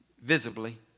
Visibly